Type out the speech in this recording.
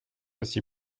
aussi